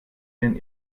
denn